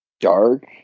dark